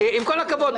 עם כל הכבוד,